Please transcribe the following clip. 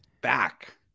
back